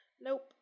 nope